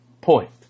point